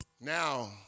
Now